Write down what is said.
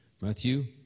Matthew